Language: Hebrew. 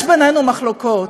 יש בינינו מחלוקות,